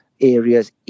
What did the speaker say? areas